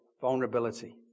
vulnerability